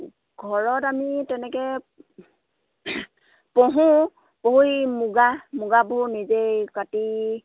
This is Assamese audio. ঘৰত আমি তেনেকৈ পোহোঁ পুহি মুগা মুগাবোৰ নিজেই কাটি